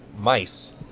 mice